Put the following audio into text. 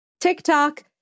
tiktok